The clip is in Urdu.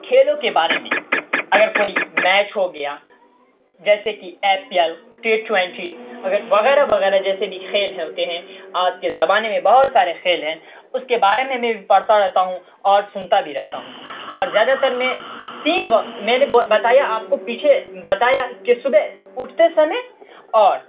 کھیلوں کے بارے میں اگر کوئی میچ ہو گیا جیسے کہ A P L T twenty اگر وغیرہ وغیرہ جیسے بھی کھیل کھیلتے ہیں آج کے زمانے میں بہت سارے کھیل ہیں اس کے بارے میں بھی میں پڑھتا رہتا ہوں اور سنتا بھی رہتا ہوں اور زیادہ تر میں تین وقت میں نے بتایا آپ کو پیچھے بتایا کہ صبح اٹھتے سمے اور